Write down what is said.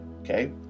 Okay